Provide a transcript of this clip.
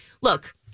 Look